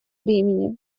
времени